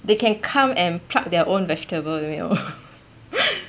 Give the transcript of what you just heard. they can come and pluck their own vegetables 有没有